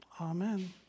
Amen